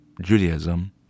Judaism